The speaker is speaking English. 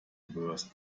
burst